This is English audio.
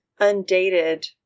undated